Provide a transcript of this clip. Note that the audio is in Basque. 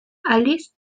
aldiz